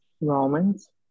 Romans